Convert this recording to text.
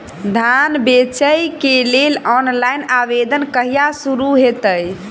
धान बेचै केँ लेल ऑनलाइन आवेदन कहिया शुरू हेतइ?